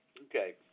Okay